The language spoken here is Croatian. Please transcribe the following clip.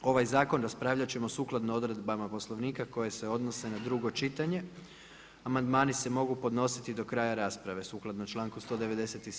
Ovaj Zakon raspravljat ćemo sukladno odredbama Poslovnika koje se odnose na drugo čitanje, amandmani se mogu podnositi do kraja rasprave sukladno članku 197.